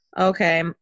Okay